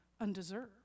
undeserved